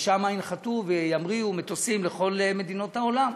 ושם ינחתו וימריאו מטוסים לכל מדינות העולם.